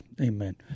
Amen